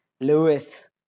Lewis